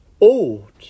old